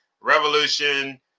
revolution